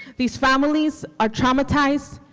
these families are traumatized,